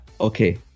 okay